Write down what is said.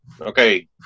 okay